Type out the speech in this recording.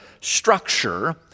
structure